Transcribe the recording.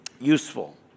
Useful